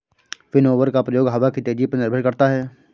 winnower का प्रयोग हवा की तेजी पर निर्भर करता है